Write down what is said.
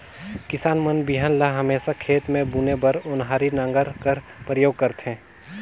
किसान मन बीहन ल हमेसा खेत मे बुने बर ओन्हारी नांगर कर परियोग करथे